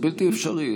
זה בלתי אפשרי.